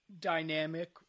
dynamic